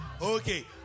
Okay